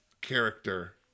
character